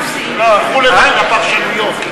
לא, הלכו לפרשנויות.